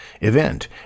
Event